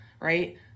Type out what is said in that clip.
right